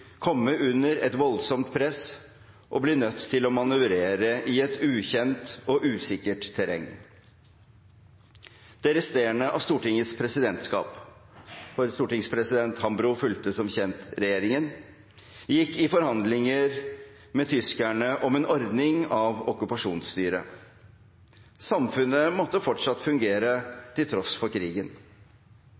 å manøvrere i et ukjent og usikkert terreng. Det resterende av Stortingets presidentskap – for stortingspresident Hambro fulgte som kjent regjeringen – gikk i forhandlinger med tyskerne om en ordning av okkupasjonsstyret. Samfunnet måtte fortsatt fungere, til tross for krigen.